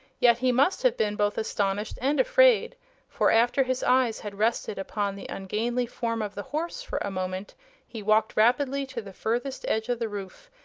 yet he must have been both astonished and afraid for after his eyes had rested upon the ungainly form of the horse for a moment he walked rapidly to the furthest edge of the roof,